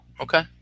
Okay